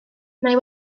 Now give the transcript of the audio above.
mae